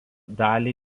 dalį